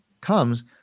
comes